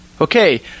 Okay